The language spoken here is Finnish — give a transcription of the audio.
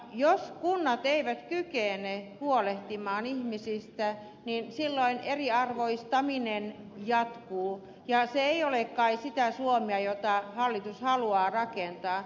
jos kunnat eivät kykene huolehtimaan ihmisistä niin silloin eriarvoistaminen jatkuu ja se ei ole kai sitä suomea jota hallitus haluaa rakentaa